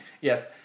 Yes